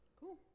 cool